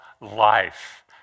life